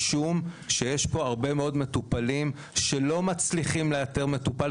משום שיש פה הרבה מאוד מטופלים שלא מצליחים לאתר מטפל,